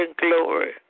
glory